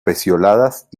pecioladas